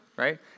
right